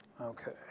Okay